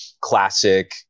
classic